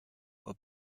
were